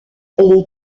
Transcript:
les